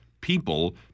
people